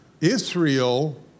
Israel